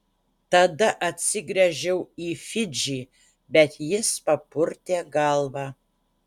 tada atsigręžiau į fidžį bet jis papurtė galvą